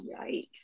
yikes